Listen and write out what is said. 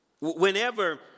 whenever